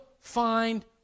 find